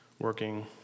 working